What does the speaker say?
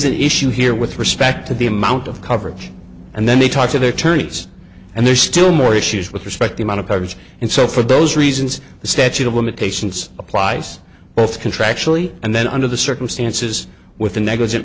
an issue here with respect to the amount of coverage and then they talk to their tourney's and there's still more issues with respect the amount of coverage and so for those reasons the statute of limitations applies both contractually and then under the circumstances with the negligent